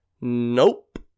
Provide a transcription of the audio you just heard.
nope